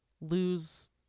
lose